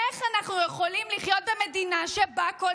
איך אנחנו יכולים לחיות במדינה שבה כל